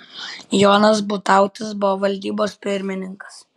jonas butautis buvo valdybos pirmininkas